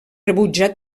rebutjar